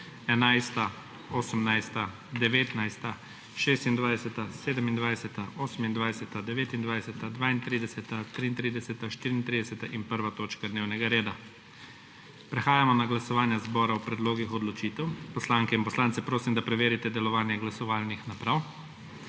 11., 18., 19., 26., 27., 28., 29., 32., 33., 34. in 1. točka dnevnega reda. Prehajamo na glasovanje zbora o predlogih odločitev. Poslanke in poslance prosim, da preverite delovanje glasovalnih naprav.